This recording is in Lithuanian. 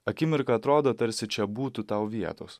akimirką atrodo tarsi čia būtų tau vietos